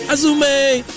Azume